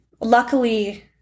luckily